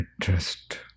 trust